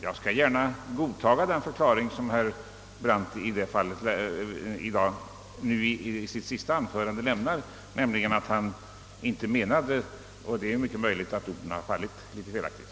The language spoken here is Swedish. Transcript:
Jag skall gärna godta den förklaringen; det är mycket möjligt att orden fallit litet olyckligt.